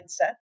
mindset